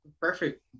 perfect